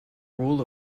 rule